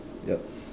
yup